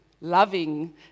loving